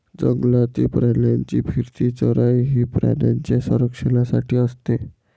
जंगलातील प्राण्यांची फिरती चराई ही प्राण्यांच्या संरक्षणासाठी असते